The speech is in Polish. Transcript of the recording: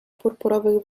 purpurowych